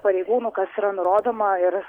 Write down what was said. pareigūnų kas yra nurodoma ir